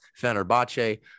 Fenerbahce